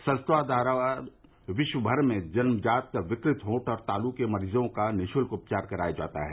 संस्था द्वारा विश्व भर में जन्मजात विकृत होंठ और तालू के मरीजों का निःशुल्क उपचार कराया जाता है